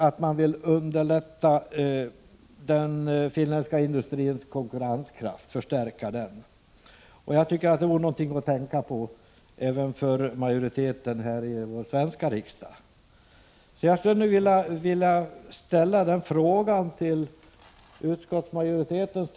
1985/86:164 Finlands riksdag är en önskan att underlätta och förstärka finländsk industris 5 juni 1986 konkurrenskraft. Det vore någonting att tänka på även för majoriteten ivår.